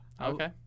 Okay